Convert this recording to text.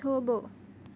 થોભો